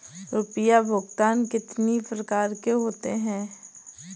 रुपया भुगतान कितनी प्रकार के होते हैं?